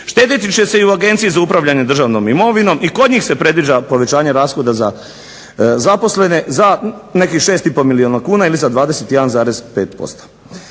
Štedjeti će se i u Agenciji za upravljanje državnom imovinom. I kod njih se predviđa povećanje rashoda za zaposlene za nekih 6 i pol milijuna kuna ili za 21,5%.